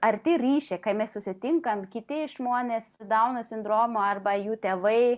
arti ryšio kai mes susitinkam kiti žmonės su dauno sindromu arba jų tėvai